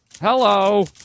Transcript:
Hello